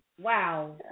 Wow